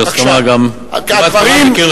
יש הסכמה כמעט מקיר לקיר,